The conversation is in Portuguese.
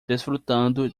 desfrutando